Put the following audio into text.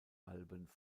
alben